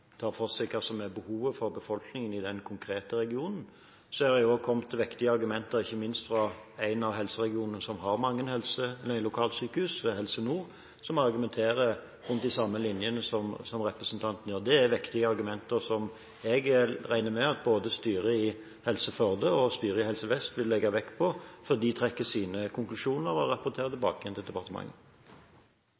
tar for seg hva som er behovet for befolkningen i den konkrete regionen. Så er det også kommet vektige argumenter ikke minst fra en av helseregionene som har mange lokalsykehus, Helse Nord, som argumenterer etter de samme linjene som representanten gjør. Det er vektige argumenter som jeg regner med at både styret i Helse Førde og styret i Helse Vest vil legge vekt på før de trekker sine konklusjoner og